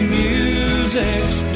music's